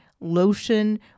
lotion